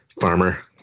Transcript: Farmer